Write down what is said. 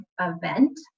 event